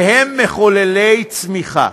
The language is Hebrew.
והם מחוללי צמיחה.